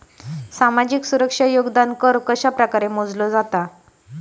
सामाजिक सुरक्षा योगदान कर कशाप्रकारे मोजलो जाता